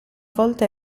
volta